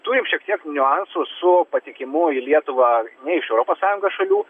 turim šiek tiek niuansų su patekimu į lietuvą ne iš europos sąjungos šalių